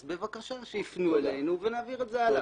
אז בבקשה, שייפנו אלינו ונעביר את זה הלאה.